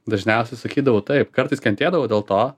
dažniausiai sakydavau taip kartais kentėdavau dėl to